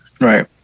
right